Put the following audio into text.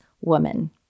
woman